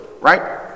Right